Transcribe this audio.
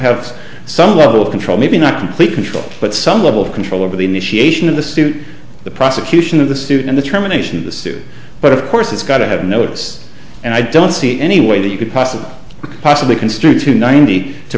have some level of control maybe not complete control but some level of control over the initiation of the suit the prosecution of the suit and the terminations the suit but of course it's got to have notes and i don't see any way that you could possibly possibly construe to ninety to